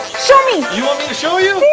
show me. you want me to show you?